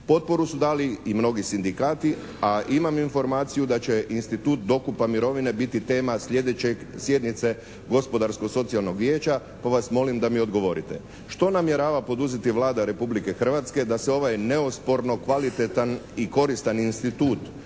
Potporu su dali i mnogi sindikati, a imam informaciju da će institut dokupa mirovine biti tema sljedeće sjednice Gospodarsko-socijalnog vijeća pa vas molim da mi odgovorite. Što namjerava poduzeti Vlada Republike Hrvatske da se ovaj neosporno kvalitetan i koristan institut